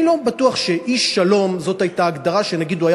אני לא בטוח שאיש שלום זאת הייתה הגדרה שהוא היה